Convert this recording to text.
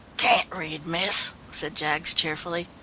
can't read, miss, said jaggs cheerfully.